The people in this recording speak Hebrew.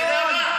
אתה יודע מה?